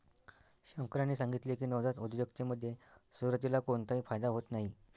शंकर यांनी सांगितले की, नवजात उद्योजकतेमध्ये सुरुवातीला कोणताही फायदा होत नाही